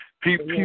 People